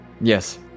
Yes